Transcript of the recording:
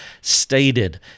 stated